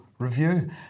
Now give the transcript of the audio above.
review